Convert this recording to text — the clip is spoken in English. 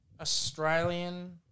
Australian